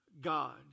God